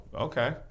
okay